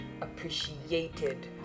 appreciated